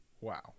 Wow